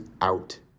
out